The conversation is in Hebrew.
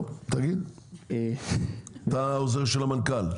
טוב תגיד, אתה עוזר של המנכ"ל?